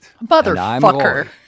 Motherfucker